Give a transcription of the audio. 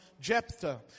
Jephthah